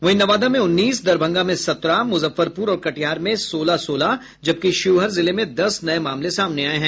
वहीं नवादा में उन्नीस दरभंगा में सत्रह मुजफ्फरपुर और कटिहार में सोलह सोलह जबकि शिवहर जिले में दस नये मामले सामने आये हैं